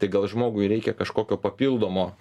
tai gal žmogui reikia kažkokio papildomo